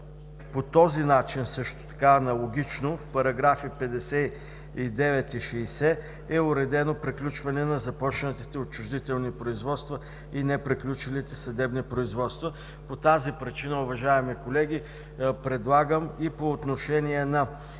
По този начин, аналогично в § 59 и 60 е уредено приключване на започнатите отчуждителни производства и неприключилите съдебни производства. По тази причина, уважаеми колеги, предлагам, и по отношение на